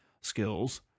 skills